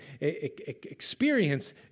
experience